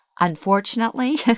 unfortunately